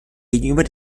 gegenüber